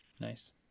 Nice